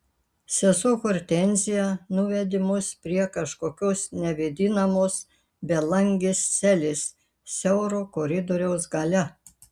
sesuo hortenzija nuvedė mus prie kažkokios nevėdinamos belangės celės siauro koridoriaus gale